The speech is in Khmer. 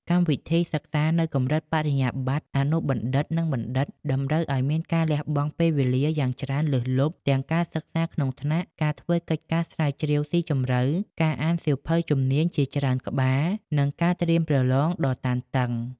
កម្មវិធីសិក្សានៅកម្រិតបរិញ្ញាបត្រ អនុបណ្ឌិត និងបណ្ឌិត តម្រូវឱ្យមានការលះបង់ពេលវេលាយ៉ាងច្រើនលើសលប់ ទាំងការសិក្សាក្នុងថ្នាក់ ការធ្វើកិច្ចការស្រាវជ្រាវស៊ីជម្រៅ ការអានសៀវភៅជំនាញជាច្រើនក្បាល និងការត្រៀមប្រលងដ៏តានតឹង។